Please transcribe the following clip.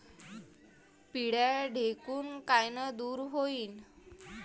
पिढ्या ढेकूण कायनं दूर होईन?